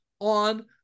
on